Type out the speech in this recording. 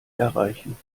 erreichen